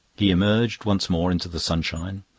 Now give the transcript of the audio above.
he emerged once more into the sunshine.